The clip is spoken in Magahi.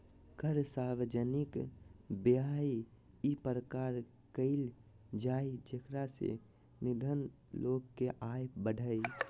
कर सार्वजनिक व्यय इ प्रकार कयल जाय जेकरा से निर्धन लोग के आय बढ़य